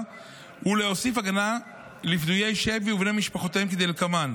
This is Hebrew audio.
ולהוסיף הגנה לפדויי שבי ובני משפחותיהם כדלקמן: